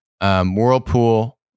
Whirlpool